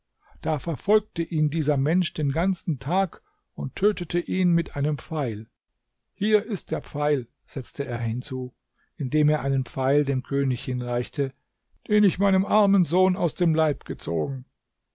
da verfolgte ihn dieser mensch den ganzen tag und tötete ihn mit einem pfeil hier ist der pfeil setzt er hinzu indem er einen pfeil dem könig hinreichte den ich meinem armen sohn aus dem leib gezogen